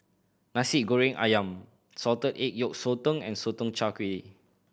Nasi Goreng Ayam salted egg yolk sotong and Sotong Char Kway